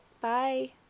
Bye